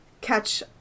catch